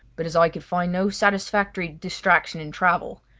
but as i could find no satisfactory distraction in travel,